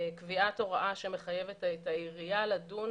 קביעת הוראה שמחייבת את העירייה לדון